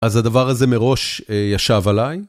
אז הדבר הזה מראש ישב עליי.